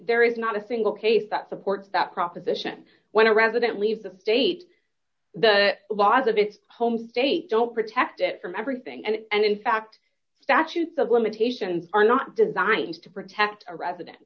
there is not a single case that supports that proposition when a resident leave the state the laws of its home state don't protect it from everything and in fact statutes of limitations are not designed to protect a resident